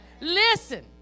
Listen